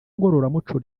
ngororamuco